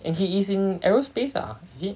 and he is in aerospace ah is it